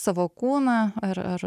savo kūną ar ar